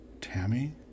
Tammy